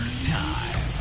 time